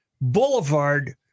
boulevard